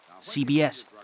CBS